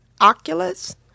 Oculus